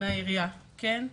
מהעירייה כן,